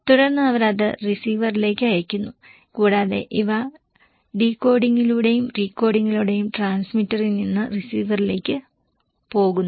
തുടർന്ന് അവർ അത് റിസീവറിലേക്ക് അയയ്ക്കുന്നു കൂടാതെ ഇവ ഡീകോഡിംഗിലൂടെയും റീകോഡിംഗിലൂടെയും ട്രാൻസ്മിറ്ററിൽ നിന്ന് റിസീവറിലേക്ക് പോകുന്നു